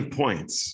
points